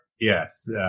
Yes